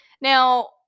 Now